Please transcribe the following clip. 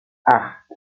acht